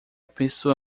pessoa